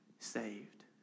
Saved